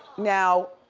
now.